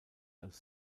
als